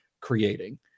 creating